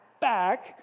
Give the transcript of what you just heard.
back